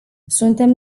suntem